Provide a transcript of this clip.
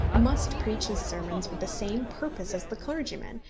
must preach his sermons with the same purpose as the clergyman,